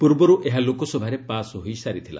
ପୂର୍ବରୁ ଏହା ଲୋକସଭାରେ ପାସ୍ ହୋଇସାରିଥିଲା